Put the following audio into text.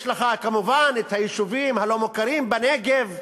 יש לך כמובן היישובים הלא-מוכרים בנגב,